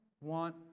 want